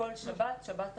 כל שבת 'שבת תרבות',